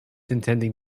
intending